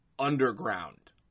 Underground